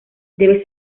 debe